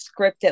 scripted